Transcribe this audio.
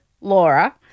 Laura